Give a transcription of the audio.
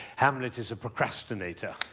hamlet is a procrastinator.